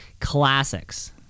classics